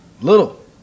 little